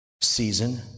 season